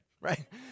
right